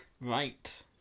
Right